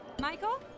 Michael